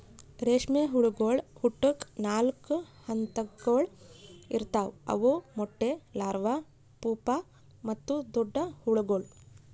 ರೇಷ್ಮೆ ಹುಳಗೊಳ್ ಹುಟ್ಟುಕ್ ನಾಲ್ಕು ಹಂತಗೊಳ್ ಇರ್ತಾವ್ ಅವು ಮೊಟ್ಟೆ, ಲಾರ್ವಾ, ಪೂಪಾ ಮತ್ತ ದೊಡ್ಡ ಹುಳಗೊಳ್